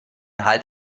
halt